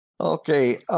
Okay